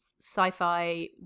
sci-fi